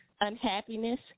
unhappiness